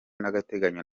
by’agateganyo